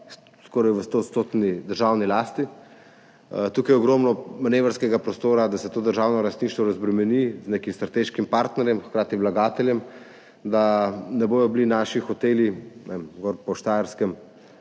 skoraj v stoodstotni državni lasti. Tukaj je ogromno manevrskega prostora, da se to državno lastništvo razbremeni z nekim strateškim partnerjem, hkrati vlagateljem, da ne bodo naši hoteli, ne vem, na Štajerskem,